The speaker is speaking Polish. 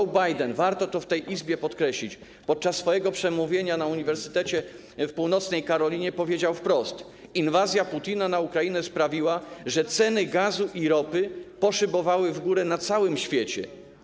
Joe Biden, warto to w tej Izbie podkreślić, podczas swojego przemówienia na uniwersytecie w Północnej Karolinie powiedział wprost: inwazja Putina na Ukrainę sprawiła, że ceny gazu i ropy poszybowały w górę na całym świecie.